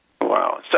Wow